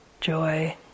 joy